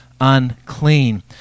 unclean